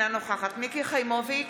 אינה נוכחת מיקי חיימוביץ'